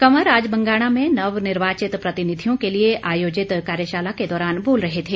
कंवर आज बंगाणा में नवनिर्याचित प्रतिनिधियों के लिए आयोजित कार्यशाला के दौरान बोल रहे थे